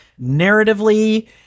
Narratively